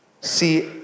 see